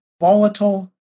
volatile